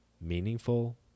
meaningful